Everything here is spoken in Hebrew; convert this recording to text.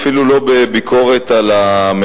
אפילו לא בביקורת על הממשלה.